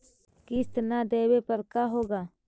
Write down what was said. किस्त न देबे पर का होगा?